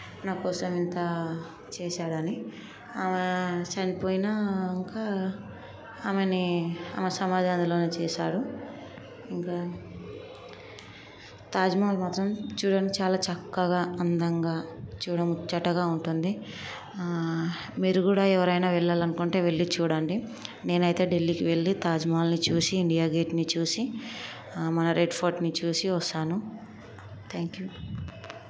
నా కోసం ఇంత చేసాడని ఆమె చనిపోయాక ఆమెని ఆమె సమాధి అందులోనే చేసాడు ఇంకా తాజ్మహల్ మాత్రం చూడటానికి చక్కగా అందంగా చూడ ముచ్చటగా ఉంటుంది మీరు కూడా ఎవరైనా వెళ్ళాలనుకుంటే వెళ్ళి చూడండి నేనైతే ఢిల్లీకి వెళ్ళి తాజ్మహల్ని చూసి ఇండియా గేట్ని చూసి మన రెడ్ ఫోర్ట్ని చూసి వస్తాను థ్యాంక్ యూ